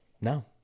No